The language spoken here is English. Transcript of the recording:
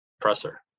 presser